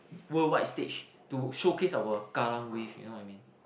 worldwide stage to showcase our Kallang Wave you know what I mean